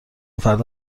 فرد